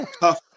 tough